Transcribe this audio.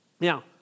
Now